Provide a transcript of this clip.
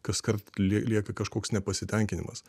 kaskart lieka kažkoks nepasitenkinimas